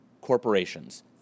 corporations